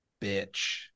bitch